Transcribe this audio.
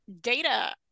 data